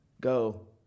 Go